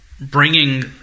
bringing